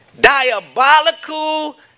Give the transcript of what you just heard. diabolical